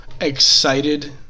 excited